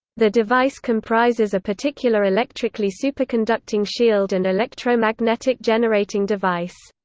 the device comprises a particular electrically superconducting shield and electromagnetic generating device.